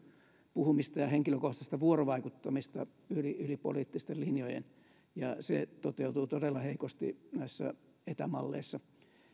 puhumista ja henkilökohtaista vuorovaikuttamista yli yli poliittisten linjojen ja se toteutuu todella heikosti näissä etämalleissa